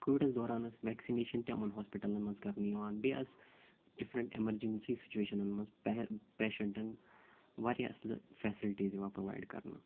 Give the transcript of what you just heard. کووِڈَس دوران ٲس وٮ۪کسِنیشٮ۪ن تہِ یِمَن ہوسپِٹَلَن منٛزکَرنہٕ یِوان بییہِ ٲس ڈِفرنٛٹ ایمَرجینسی سُچویشنَن منٛز پیشٮ۪نٹَن واریاہ اَصلہٕ فیسلٹیٖز یِوان پرٛووایِڈ کَرنہٕ